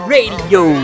Radio